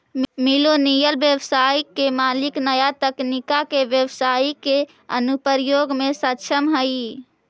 millennial व्यवसाय के मालिक नया तकनीका के व्यवसाई के अनुप्रयोग में सक्षम हई